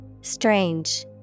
Strange